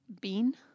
Bean